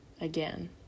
again